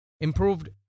improved